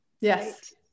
Yes